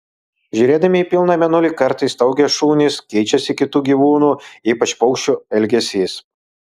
žiūrėdami į pilną mėnulį kartais staugia šunys keičiasi kitų gyvūnų ypač paukščių elgesys